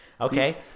Okay